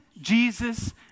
Jesus